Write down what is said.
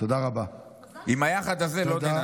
עם היחד הזה לא ננצח.